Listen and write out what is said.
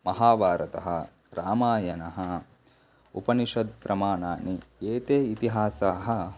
माहाभारतं रामायणम् उपनिषत् प्रमाणानि एते इतिहासाः